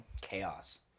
Chaos